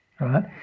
right